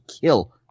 kill